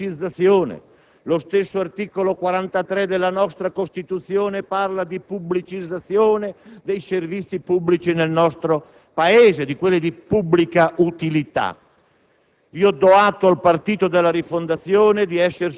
la storia del movimento operaio ha portato alla pubblicizzazione, lo stesso articolo 43 della nostra Costituzione parla di pubblicizzazione dei servizi di pubblica utilità nel nostro Paese. Do atto al partito